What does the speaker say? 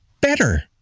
better